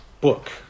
book